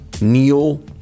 Neil